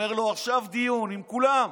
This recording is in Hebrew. ואומר לו: עכשיו דיון, עם כולם.